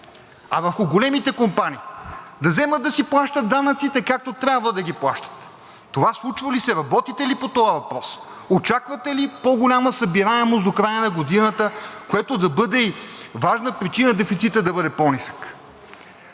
а върху големите компании. Да вземат да си плащат данъците, както трябва да ги плащат. Това случва ли се, работите ли по този въпрос? Очаквате ли по-голяма събираемост до края на годината, което да бъде и важна причина дефицитът да бъде по-нисък?